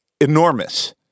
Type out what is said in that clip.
enormous